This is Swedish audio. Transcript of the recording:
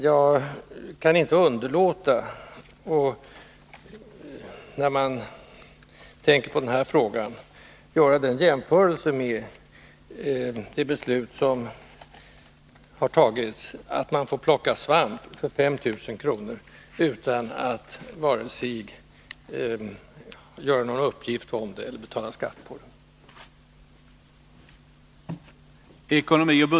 Jag kan inte underlåta att i det här sammanhanget göra en jämförelse med det beslut som har tagits om att människor får plocka svamp för 5 000 kr. utan att vare sig lämna någon uppgift om det eller betala skatt på beloppet.